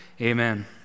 Amen